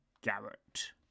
Garrett